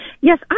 Yes